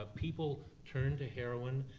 ah people turn to heroin,